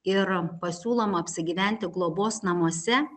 ir pasiūloma apsigyventi globos namuose